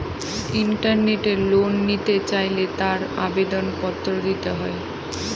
ইন্টারনেটে লোন নিতে চাইলে তার আবেদন পত্র দিতে হয়